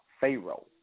Pharaoh